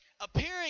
Appearing